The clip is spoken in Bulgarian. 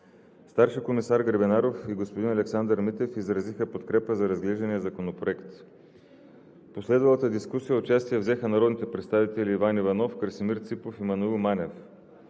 Старши комисар Гребенаров и господин Александър Митев изразиха подкрепа за разглеждания законопроект. В последвалата дискусия участие взеха народните представители Иван Иванов, Красимир Ципов и Маноил Манев.